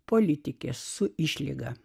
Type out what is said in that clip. politikė su išlyga